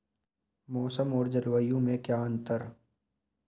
मौसम और जलवायु में क्या अंतर?